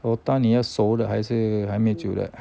otah 你要熟的还是还没煮的